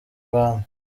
rwanda